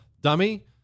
Dummy